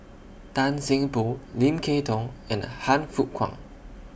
Tan Seng Poh Lim Kay Tong and Han Fook Kwang